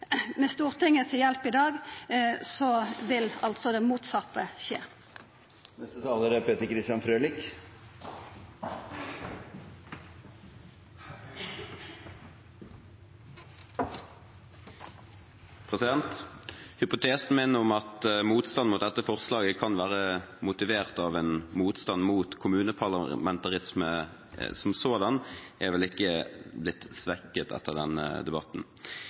hjelp i dag vil altså det motsette skje. Hypotesen min om at motstanden mot dette forslaget kan være motivert av en motstand mot kommuneparlamentarisme som sådan, er vel ikke blitt svekket etter denne debatten.